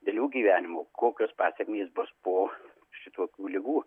dėl jų gyvenimų kokios pasekmės bus po šitokių ligų